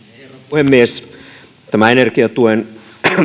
puhemies tämä energiaverotuen